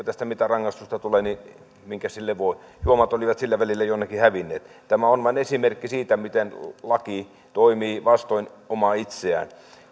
tästä mitään rangaistusta tule niin että minkäs sille voi juomat olivat sillä välillä jonnekin hävinneet tämä on vain esimerkki siitä miten laki toimii vastoin omaa itseään